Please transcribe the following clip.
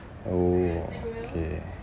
oh okay